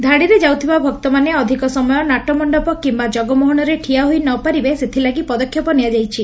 ଧାଡିରେ ଯାଉଥିବା ଭକ୍ତମାନେ ଅଧିକ ସମୟ ନାଟମଣ୍ଡପ କିମ୍ୟା ଜଗମୋହନରେ ଠିଆହୋଇ ନପାରିବେ ସେଥିଲାଗି ପଦକ୍ଷେପ ନିଆଯାଇଛି